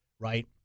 Right